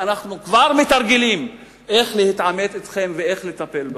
ואנחנו כבר מתרגלים איך להתעמת אתכם ואיך לטפל בכם.